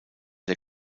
der